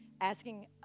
asking